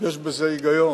יש בזה היגיון.